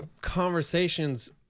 conversations